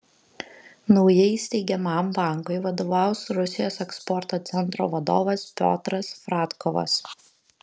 naujai steigiamam bankui vadovaus rusijos eksporto centro vadovas piotras fradkovas